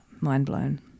mind-blown